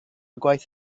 gwaith